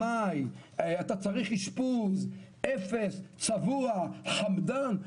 סמרטוט, רמאי, אתה צריך אשפוז, אפס, צבוע, חמדן.